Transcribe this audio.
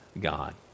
God